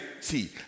see